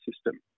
system